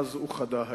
מאז אוחדה.